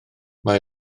mae